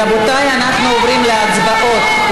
רבותיי, אנחנו עוברים להצבעות.